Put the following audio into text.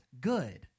good